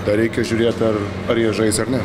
dar reikia žiūrėt ar ar jie žais ar ne